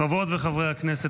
חברות וחברי הכנסת,